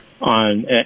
on